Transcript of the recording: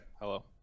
Hello